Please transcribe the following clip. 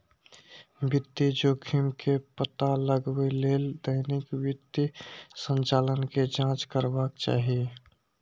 वित्तीय जोखिम के पता लगबै लेल दैनिक वित्तीय संचालन के जांच करबाक चाही